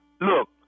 Look